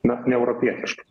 na neeuropietiškas